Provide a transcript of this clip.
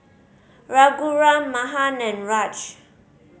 Raghuram Mahan and Raj